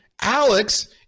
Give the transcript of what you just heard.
Alex